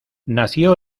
nació